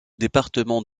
département